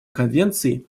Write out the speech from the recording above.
конвенции